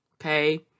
okay